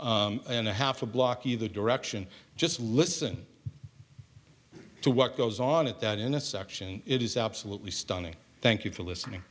corner and a half a block either direction just listen to what goes on at that in a section it is absolutely stunning thank you for listening